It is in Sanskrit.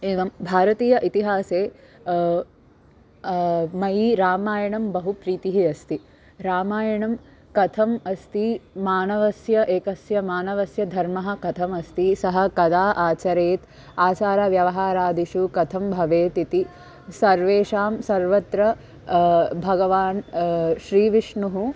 एवं भारतीय इतिहासे मयि रामायणं बहु प्रीतिः अस्ति रामायणं कथम् अस्ति मानवस्य एकस्य मानवस्य धर्मः कथम् अस्ति सः कदा आचरेत् आचारव्यवहारादिषु कथं भवेत् इति सर्वेषां सर्वत्र भगवान् श्रीविष्णुः